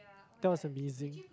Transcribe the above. that was amazing